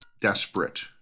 desperate